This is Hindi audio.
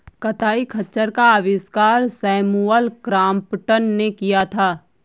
कताई खच्चर का आविष्कार सैमुअल क्रॉम्पटन ने किया था